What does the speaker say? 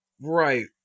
right